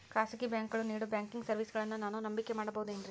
ಖಾಸಗಿ ಬ್ಯಾಂಕುಗಳು ನೇಡೋ ಬ್ಯಾಂಕಿಗ್ ಸರ್ವೇಸಗಳನ್ನು ನಾನು ನಂಬಿಕೆ ಮಾಡಬಹುದೇನ್ರಿ?